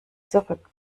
zurück